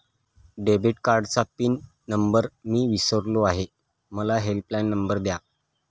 debit कार्डचा pin number मी विसरलो आहे मला हेल्पलाइन नंबर द्या